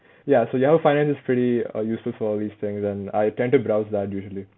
ya so Yahoo finance is pretty uh useful for all these things and I tend to browse that usually